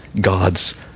God's